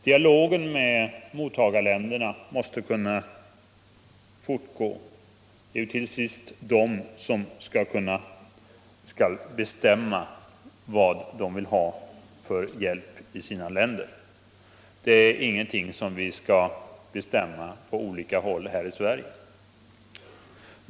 Dialogen med mottagarländerna måste kunna fortgå. Det är ju till sist de som skall bestämma vad de vill ha för hjälp. Det är ingenting som vi skall bestämma på olika håll här i Sverige.